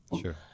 Sure